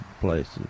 places